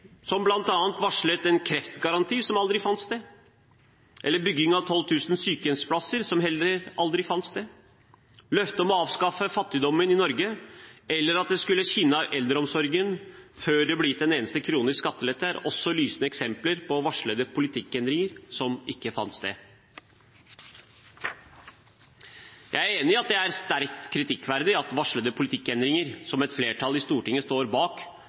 som bl.a. varslet en kreftgaranti som aldri fant sted, eller bygging av 12 000 sykehjemsplasser som heller aldri fant sted. Løftet om å avskaffe fattigdommen i Norge, eller at det skulle skinne av eldreomsorgen før det ble gitt en eneste krone i skattelette, er også lysende eksempler på varslede politikkendringer som ikke fant sted. Jeg er enig i at det er sterkt kritikkverdig at varslede politikkendringer som et flertall i Stortinget står bak,